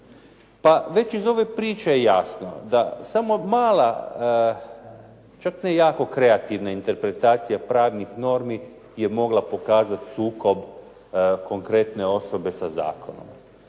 već iz ove priče je jasno da samo mala, čak ne jako kreativna interpretacija pravnih normi je mogla pokazat sukob konkretne osobe sa zakonom.